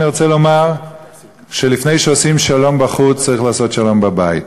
אני רוצה לומר שלפני שעושים שלום בחוץ צריך לעשות שלום בבית.